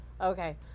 Okay